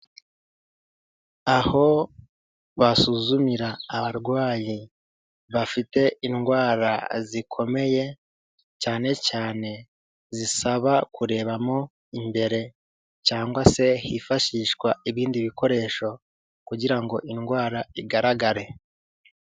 Aho basuzumira abarwayi bafite indwara zikomeye, cyane cyane zisaba kurebamo imbere cyangwa se hifashishwa ibindi bikoresho kugira ngo indwara igaragare.